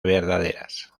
verdaderas